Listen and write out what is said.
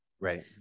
Right